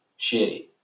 shitty